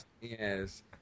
Yes